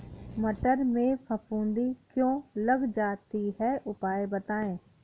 मटर में फफूंदी क्यो लग जाती है उपाय बताएं?